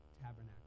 tabernacle